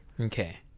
Okay